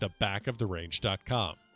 thebackoftherange.com